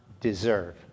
deserve